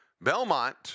Belmont